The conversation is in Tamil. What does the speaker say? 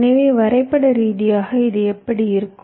எனவே வரைபட ரீதியாக இது இப்படி இருக்கும்